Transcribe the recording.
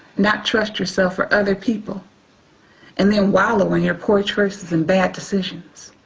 not trust yourself or other people and then wallow in your poor choices and bad decisions,